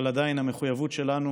אבל עדיין, המחויבות שלנו